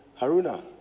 Haruna